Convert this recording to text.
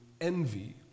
envy